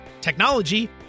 technology